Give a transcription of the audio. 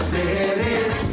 Cities